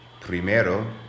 Primero